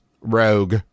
rogue